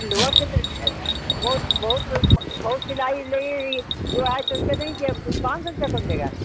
lower से त बहुत बहुत बहुत सिलाई लगेगी दो अढ़ाई सौ देंगे कि अब पाँच सौ रूपया कौन देगा